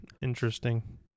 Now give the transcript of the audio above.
Interesting